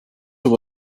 they